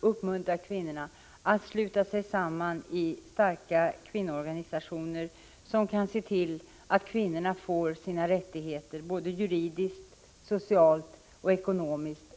och uppmuntra kvinnor att sluta sig samman i starka kvinnoorganisationer, som kan se till att de får sina rättigheter både juridiskt, socialt och ekonomiskt.